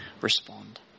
respond